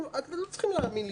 אתם לא צריכים להאמין לי,